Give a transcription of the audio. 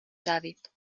شوید